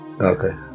Okay